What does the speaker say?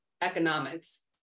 economics